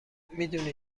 میدونی